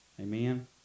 Amen